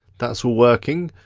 that's all working.